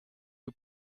you